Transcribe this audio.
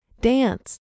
Dance